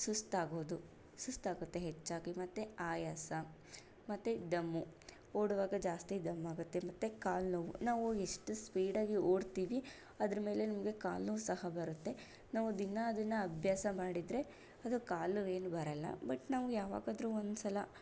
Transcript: ಸುಸ್ತಾಗೋದು ಸುಸ್ತಾಗತ್ತೆ ಹೆಚ್ಚಾಗಿ ಮತ್ತೆ ಆಯಾಸ ಮತ್ತೆ ದಮ್ಮು ಓಡುವಾಗ ಜಾಸ್ತಿ ದಮ್ಮಾಗುತ್ತೆ ಮತ್ತೆ ಕಾಲುನೋವು ನಾವು ಎಷ್ಟು ಸ್ಪೀಡಾಗಿ ಓಡ್ತೀವಿ ಅದರ ಮೇಲೆ ನಿಮಗೆ ಕಾಲುನೋವು ಸಹ ಬರುತ್ತೆ ನಾವು ದಿನ ಅದನ್ನು ಅಭ್ಯಾಸ ಮಾಡಿದರೆ ಅದು ಕಾಲುನೋವೇನು ಬರೋಲ್ಲ ಬಟ್ ನಾವು ಯಾವಾಗಾದರೂ ಒಂದು ಸಲ